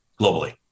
globally